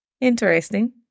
interesting